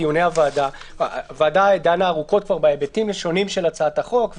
הוועדה כבר דנה ארוכות בהיבטים השונים של הצעת החוק,